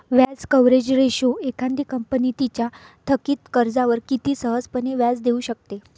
व्याज coverage ratio एखादी company तिच्या थकित कर्जावर किती सहजपणे व्याज देऊ शकते